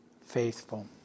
faithful